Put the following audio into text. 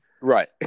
Right